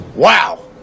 Wow